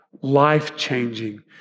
life-changing